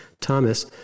Thomas